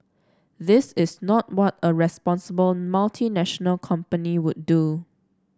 this is not what a responsible multinational company would do